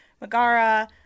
Megara